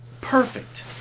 Perfect